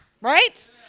right